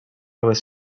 was